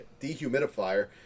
dehumidifier